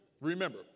remember